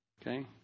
okay